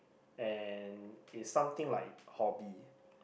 and it's something like hobby